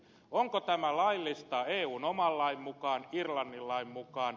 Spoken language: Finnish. onko tämä laillista eun oman lain mukaan irlannin lain mukaan